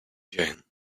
jane